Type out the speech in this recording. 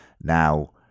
Now